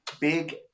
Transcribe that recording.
Big